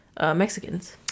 Mexicans